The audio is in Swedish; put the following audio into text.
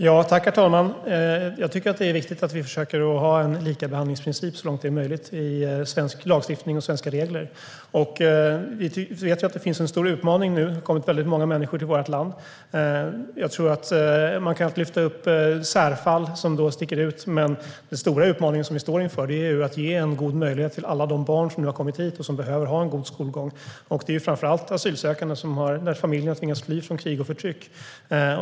Herr talman! Jag tycker att det är viktigt att vi så långt det är möjligt försöker ha en likabehandlingsprincip i svensk lagstiftning och svenska regler. Vi vet ju att det finns en stor utmaning nu. Det har kommit väldigt många människor till vårt land. Man kan alltid lyfta fram särfall som sticker ut, men den stora utmaningen vi står inför är ju att ge goda möjligheter till alla de barn som nu har kommit hit och behöver ha en god skolgång. Det är framför allt asylsökande där familjen har tvingats fly från krig och förtryck.